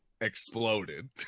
exploded